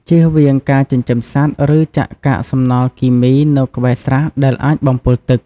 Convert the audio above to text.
ជៀសវាងការចិញ្ចឹមសត្វ ឬចាក់កាកសំណល់គីមីនៅក្បែរស្រះដែលអាចបំពុលទឹក។